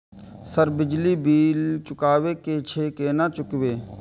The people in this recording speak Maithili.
सर बिजली बील चुकाबे की छे केना चुकेबे?